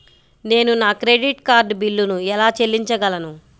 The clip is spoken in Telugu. నేను నా క్రెడిట్ కార్డ్ బిల్లును ఎలా చెల్లించగలను?